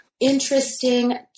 interesting